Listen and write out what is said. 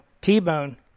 T-Bone